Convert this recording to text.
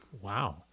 Wow